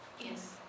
Yes